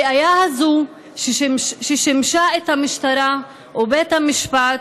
הראיה הזו, ששימשה את המשטרה ואת בית המשפט,